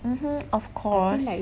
mmhmm of course